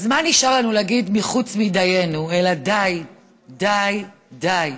אז מה נשאר לנו להגיד חוץ מדיינו, אלא די די די.